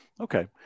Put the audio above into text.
Okay